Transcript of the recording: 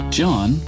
John